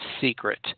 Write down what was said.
secret